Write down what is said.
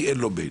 כי אין לו מייל,